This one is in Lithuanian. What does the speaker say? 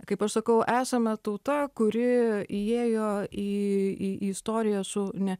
kaip aš sakau esame tauta kuri įėjo į į istoriją su ne